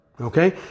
Okay